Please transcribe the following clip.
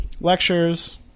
lectures